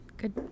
Good